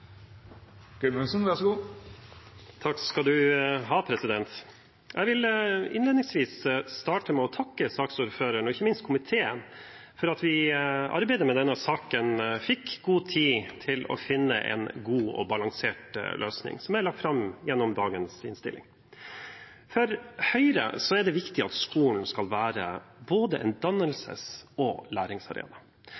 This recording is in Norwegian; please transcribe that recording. Jeg vil innledningsvis starte med å takke saksordføreren og ikke minst komiteen for at vi i arbeidet med denne saken fikk god tid til å finne en god og balansert løsning, som er lagt fram i dagens innstilling. For Høyre er det viktig at skolen både skal være en dannelses- og læringsarena. I denne sammenhengen er det viktig at elevene får innsikt i at Norge har en